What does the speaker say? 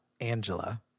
Angela